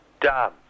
done